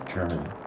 Germany